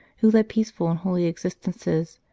who led peaceful and holy existences,